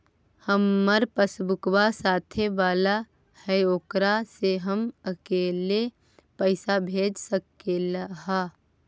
हमार पासबुकवा साथे वाला है ओकरा से हम अकेले पैसावा भेज सकलेहा?